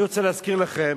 אני רוצה להזכיר לכם